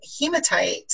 hematite